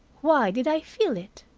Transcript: why did i feel it?